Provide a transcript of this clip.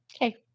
Okay